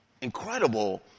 incredible